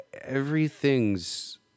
everything's